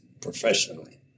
professionally